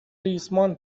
ریسمان